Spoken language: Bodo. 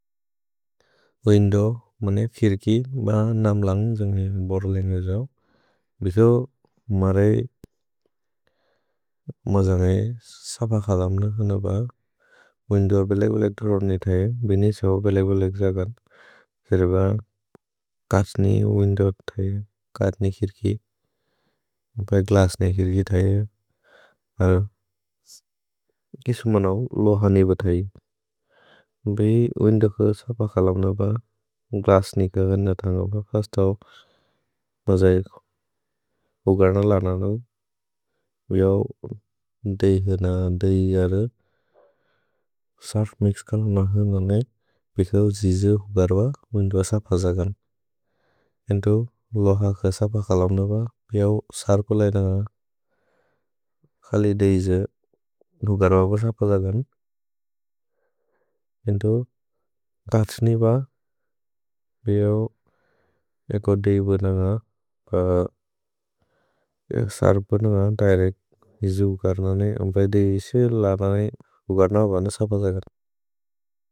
विन्दोव् मने खिर्कि ब नाम् लन्ग् जन्गेने बोर्रेलेन्ग जओ। भिसो मरे म जन्गेने सप खलम्न सनोब विन्दोव् बेलेबे लेक्तोर् ओद्ने थै, बेने क्सौ बेलेबे लेक्तोर् अगन्। सेरेब कछ्नि विन्दोव् थै, कछ्नि खिर्कि, बे ग्लछ्नि खिर्कि थै। किशु मनौ लोह नेब थै। भे विन्दोव् ख सप खलम्न ब ग्लछ्नि कगन थन्ग। खस्तौ मजैक् उगर्न लननो। भिऔ दैगन, दैगर, सर्प् मिक्स् कल न क्सन्गने, पिछल् द्जिजु उगर्व, विन्दोव् सप जगन्। विन्दोव् लोह ख सप खलम्न ब बिऔ सर्पुलेन खलि दैगज, उगर्व ब सप जगन्। विन्दोव् कछ्नि ब बिऔ एको दैगन सर्पुलेन, दैगर, द्जिजु उगर्नने, अम्बे दैगज, लगन, उगर्ननो ब सप जगन्।